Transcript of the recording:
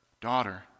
Daughter